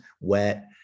wet